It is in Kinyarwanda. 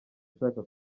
ushaka